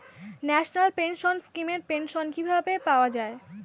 National pension scheme এর pension কিভাবে পাওয়া যায়?